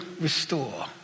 restore